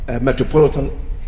metropolitan